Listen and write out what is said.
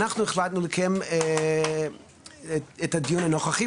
החלטנו לקיים את הדיון הנוכחי,